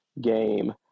game